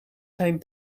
zijn